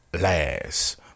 last